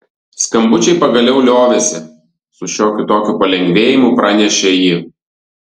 skambučiai pagaliau liovėsi su šiokiu tokiu palengvėjimu pranešė ji